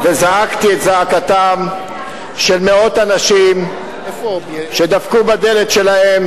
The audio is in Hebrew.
עליתי וזעקתי את זעקתם של מאות אנשים שדפקו בדלת שלהם